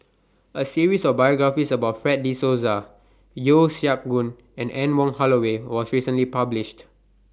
A series of biographies about Fred De Souza Yeo Siak Goon and Anne Wong Holloway was recently published